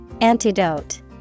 Antidote